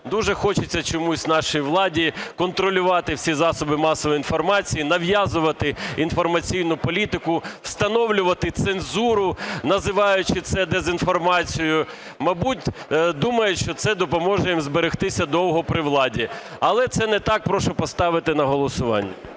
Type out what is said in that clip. Дуже хочеться чомусь нашій владі контролювати всі засоби масової інформації, нав'язувати інформаційну політику, встановлювати цензуру, називаючи це дезінформацією. Мабуть, думають, що це допоможе їм зберегтися довго при владі, але це не так. Прошу поставити на голосування.